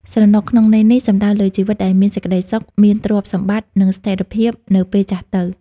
«ស្រណុក» ក្នុងន័យនេះ សំដៅលើជីវិតដែលមានសេចក្ដីសុខ មានទ្រព្យសម្បត្តិ និងស្ថិរភាពនៅពេលចាស់ទៅ។